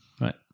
Right